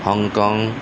Hong Kong